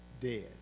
dead